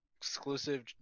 exclusive